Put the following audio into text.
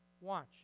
Watch